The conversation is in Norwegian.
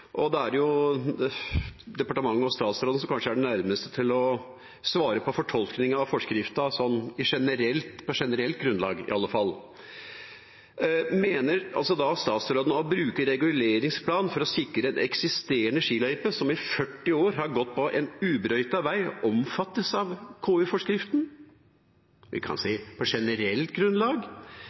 og det er departementet og statsråden som kanskje er de nærmeste til å svare på fortolkningen av forskriften, i alle fall på generelt grunnlag. Mener statsråden at å bruke reguleringsplan for å sikre en eksisterende skiløype, som i 40 år har gått på en ubrøytet vei, omfattes av KU-forskriften – vi kan si på generelt grunnlag